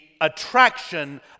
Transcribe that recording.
attraction